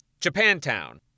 Japantown